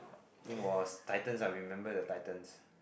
think was titans I remember the titans